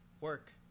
work